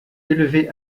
élevée